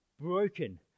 broken